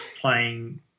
playing